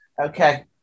Okay